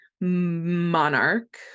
monarch